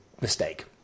mistake